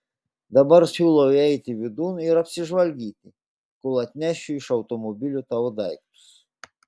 dabar siūlau įeiti vidun ir apsižvalgyti kol atnešiu iš automobilio tavo daiktus